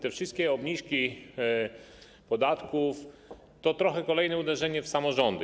Te wszystkie obniżki podatków to trochę kolejne uderzenie w samorządy.